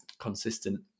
consistent